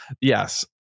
yes